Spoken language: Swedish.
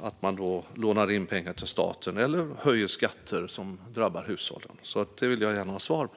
att man lånar in pengar till staten eller höjer skatter som drabbar hushållen. Det vill jag gärna ha svar på.